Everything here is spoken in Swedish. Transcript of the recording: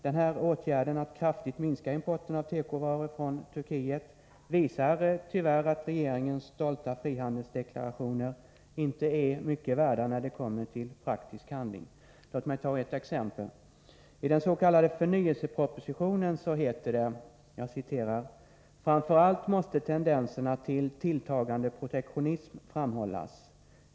Den här åtgärden att kraftigt minska importen av tekovaror från Turkiet visar tyvärr att regeringens stolta frihandelsdeklarationer inte är mycket värda när det kommer till praktisk Nr 105 handling. Torsdagen den I den s.k. förnyelsepropositionen heter det: 22 mars 1984 ”Framför allt måste tendenserna till tilltagande protektionism framhållas.